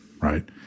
right